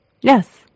Yes